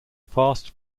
fast